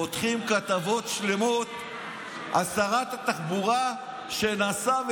פותחים כתבות שלמות על שרת התחבורה שנסעה